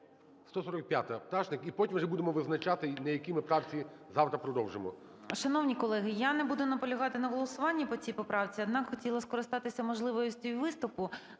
145-а, Пташник. І потім будемо вже визначати, на якій ми правці завтра продовжимо.